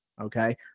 Okay